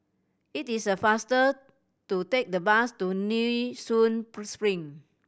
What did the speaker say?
it is faster to take the bus to Nee Soon Spring